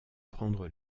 prendre